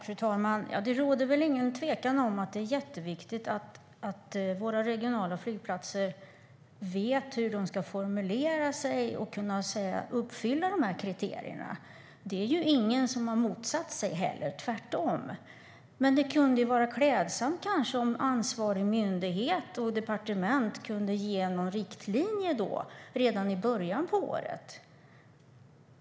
Fru talman! Det råder ingen tvekan om att det är jätteviktigt att våra regionala flygplatser vet hur de ska formulera sig så att de kan uppfylla de här kriterierna. Detta är det ingen som har motsatt sig - tvärtom. Det kunde dock vara klädsamt om ansvarig myndighet och ansvarigt departement kunde ge någon riktlinje redan i början av året.